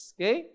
Okay